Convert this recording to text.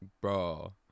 Bro